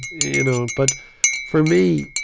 you know, but for me,